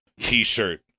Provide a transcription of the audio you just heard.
T-shirt